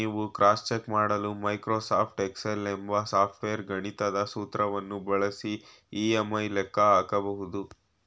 ನೀವು cross check ಮಾಡಲು Microsoft Excel ಎಂಬ ಸಾಫ್ಟ್ವೇರ್ ಗಣಿತದ ಸೂತ್ರವನ್ನು ಬಳಸಿ ಇ.ಎಂ.ಐ ಲೆಕ್ಕ ಹಾಕಬಹುದು